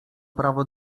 prawo